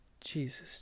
Jesus